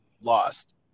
lost